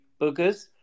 Boogers